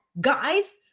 guys